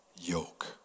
yoke